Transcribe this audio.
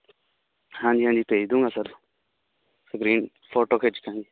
ਹਾਂਜੀ ਹਾਂਜੀ ਭੇਜ ਦੂਗਾ ਸਰ ਸਕਰੀਨ ਫੋਟੋ ਖਿਚ ਕੇ